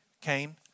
Cain